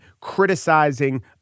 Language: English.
criticizing